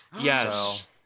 Yes